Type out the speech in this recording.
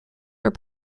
were